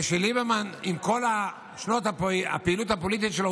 עם כל שנות הפעילות הפוליטית שלו,